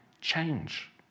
change